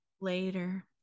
later